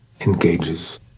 engages